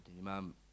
Imam